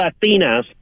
Latinas